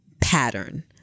pattern